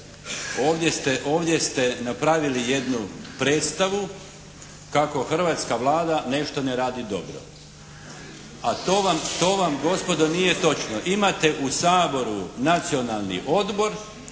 Ovdje ste napravili jednu predstavu kako hrvatska Vlada nešto ne radi dobro. A to vam gospodo nije točno. Imate u Saboru Nacionalni odbor